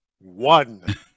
one